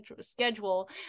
schedule